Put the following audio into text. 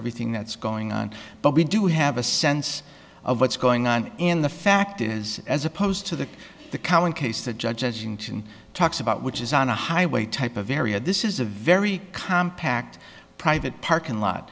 everything that's going on but we do have a sense of what's going on in the fact is as opposed to the the current case the judge as you can talks about which is on a highway type of area this is a very compact private parking lot